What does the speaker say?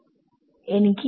എനിക്ക്